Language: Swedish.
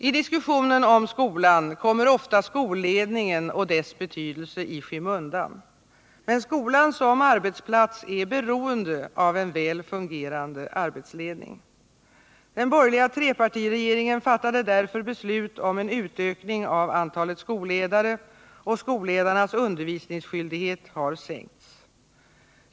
I diskussionen om skolan kommer ofta skolledningen och dess betydelse i skymundan. Men skolan som arbetsplats är beroende av en väl fungerande arbetsledning. Den borgerliga trepartiregeringen fattade därför beslut om en utökning av antalet skolledare, och skolledarnas undervisningsskyldighet har sänkts.